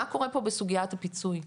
מה קורה פה בסוגיית הפיצוי?